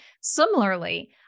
Similarly